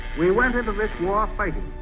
we went into this war fighting.